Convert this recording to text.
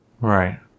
Right